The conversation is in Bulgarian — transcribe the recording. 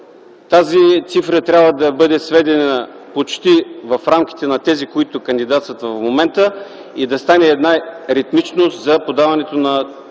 тази цифра трябва да бъде сведена почти в рамките на тези, които кандидатстват в момента и да има ритмичност за подаването на